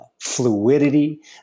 fluidity